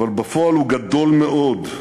אבל בפועל הוא גדול מאוד.